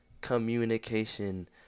communication